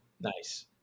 Nice